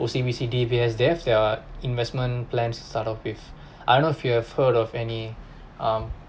O_C_B_C D_B_S they have their investment plans to start off with I don't know if you have head of any um